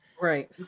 right